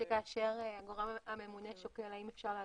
כן.